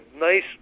nice